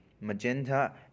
magenta